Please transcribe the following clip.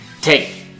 take